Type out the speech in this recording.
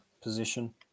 position